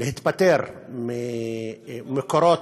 להיפטר ממקורות,